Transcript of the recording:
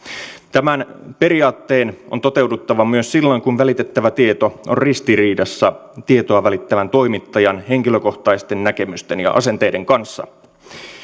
tämän periaatteen on toteuduttava myös silloin kun välitettävä tieto on ristiriidassa tietoa välittävän toimittajan henkilökohtaisten näkemysten ja asenteiden kanssa